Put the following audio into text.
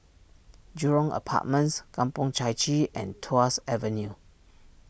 Jurong Apartments Kampong Chai Chee and Tuas Avenue